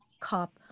Cup